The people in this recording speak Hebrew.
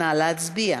נא להצביע.